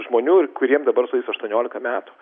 žmonių ir kuriem dabar sueis aštuoniolika metų